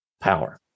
power